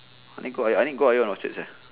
I need go I need go ion orchard sia